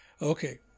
Okay